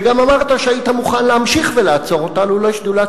וגם אמרת שהיית מוכן להמשיך ולעצור אותה לולא שדולת